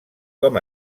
com